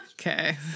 Okay